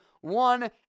one